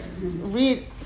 read